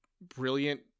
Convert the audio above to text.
brilliant